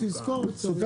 ולבקש.